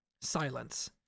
Silence